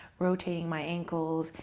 rotating my ankles.